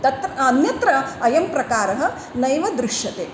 तत्र अन्यत्र अयं प्रकारः नैव दृश्यते